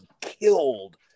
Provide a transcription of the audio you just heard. killed